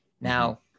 Now